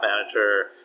manager